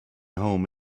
home